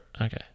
okay